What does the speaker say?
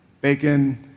Bacon